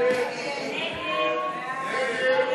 ההסתייגות של חבר